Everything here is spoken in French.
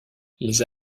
les